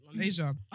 Asia